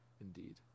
Indeed